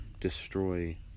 destroy